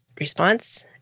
response